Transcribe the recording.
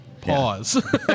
Pause